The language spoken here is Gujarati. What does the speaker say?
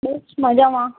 બસ મજામાં